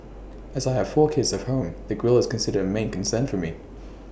as I have four kids at home the grille is considered A main concern for me